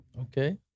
Okay